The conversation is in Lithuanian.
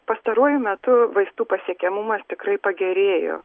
pastaruoju metu vaistų pasiekiamumas tikrai pagerėjo